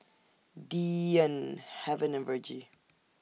Deeann Haven and Virgie